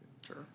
Sure